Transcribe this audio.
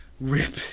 Rip